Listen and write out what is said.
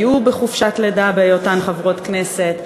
היו בחופשת לידה בהיותן חברות כנסת,